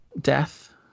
death